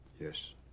Yes